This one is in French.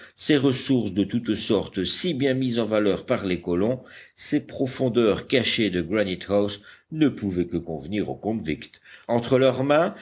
ses ressources de toutes sortes si bien mises en valeur par les colons ses profondeurs cachées de granite house ne pouvait que convenir aux convicts entre leurs mains